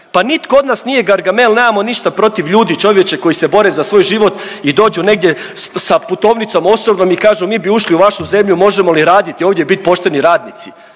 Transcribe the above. pa nitko od nas nije Gargamel nemamo ništa protiv ljudi čovječe koji se bore za svoj život i dođu negdje sa putovnicom, osobnom i kažu mi bi ušli u vašu zemlju možemo li raditi ovdje i bit pošteni radnici,